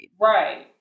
Right